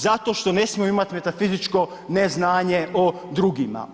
Zato što ne smiju imati metafizičko neznanje o drugima.